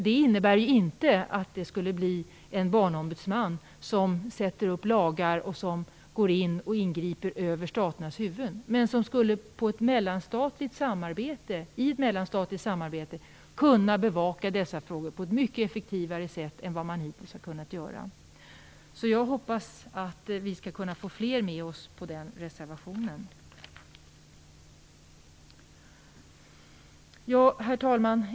Det innebär inte att det skulle bli en barnombudsman som sätter upp lagar och som går in och ingriper över staternas huvuden, men en barnombudsman som i ett mellanstatligt samarbete skulle kunna bevaka dessa frågor på ett mycket effektivare sätt än man hittills har kunnat göra. Jag hoppas att vi skall kunna få fler med oss när det gäller den reservationen. Herr talman!